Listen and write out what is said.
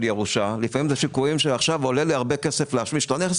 ירושה; לפעמים אלה שיקולים של כך שעולה הרבה כסף להשמיש את הנכס,